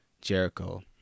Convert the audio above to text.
Jericho